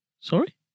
Sorry